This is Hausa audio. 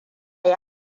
yi